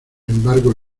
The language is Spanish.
embargo